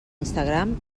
instagram